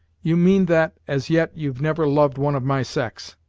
you mean that, as yet, you've never loved one of my sex,